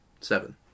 Seven